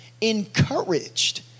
encouraged